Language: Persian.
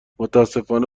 متاسفانه